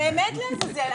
באמת לעזאזל.